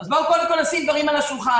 אז בואו קודם כול נשים דברים על השולחן.